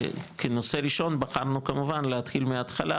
וכנושא ראשון בחרנו כמובן להתחיל מהתחלה,